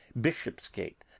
Bishopsgate